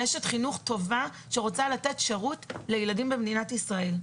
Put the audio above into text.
היא אשת חינוך טובה שרוצה לתת שירות לילדים במדינת ישראל.